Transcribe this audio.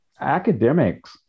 academics